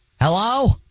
Hello